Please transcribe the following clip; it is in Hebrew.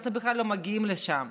אנחנו בכלל לא מגיעים לשם.